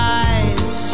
eyes